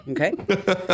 Okay